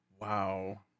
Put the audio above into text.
Wow